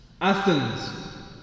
Athens